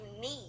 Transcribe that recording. need